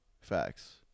Facts